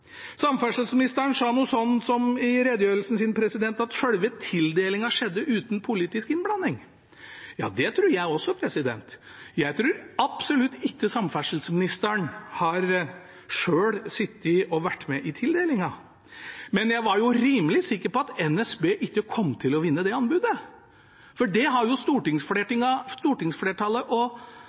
Samferdselsministeren sa i redegjørelsen sin noe sånt som at selve tildelingen skjedde uten politisk innblanding. Ja, det tror jeg også. Jeg tror absolutt ikke samferdselsministeren selv har sittet og vært med i tildelingen. Men jeg var rimelig sikker på at NSB ikke kom til å vinne det anbudet. For stortingsflertallet og